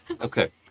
okay